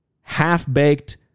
half-baked